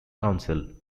council